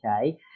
okay